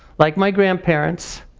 like my grandparents,